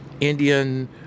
Indian